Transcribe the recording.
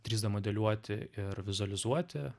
trys d modeliuoti ir vizualizuoti